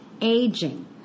Aging